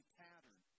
pattern